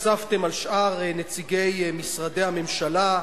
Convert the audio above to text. וצפצפתם על שאר נציגי משרדי הממשלה,